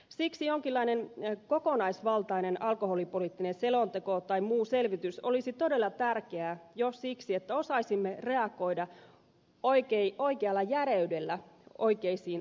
siksi jonkinlainen kokonaisvaltainen alkoholipoliittinen selonteko tai muu selvitys olisi todella tärkeä jo siksi että osaisimme reagoida oikealla järeydellä oikeisiin asioihin